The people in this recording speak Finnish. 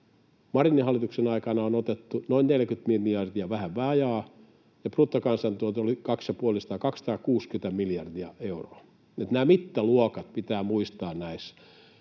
Marinin hallituksen aikana on otettu noin 40 miljardia, vähän vajaa, ja bruttokansantuote oli 260 miljardia euroa. Että nämä mittaluokat pitää näissä